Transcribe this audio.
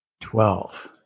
Twelve